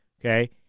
Okay